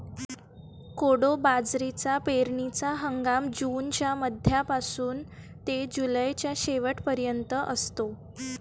कोडो बाजरीचा पेरणीचा हंगाम जूनच्या मध्यापासून ते जुलैच्या शेवट पर्यंत असतो